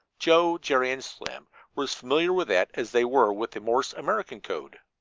joe, jerry and slim were as familiar with that as they were with the morse american code.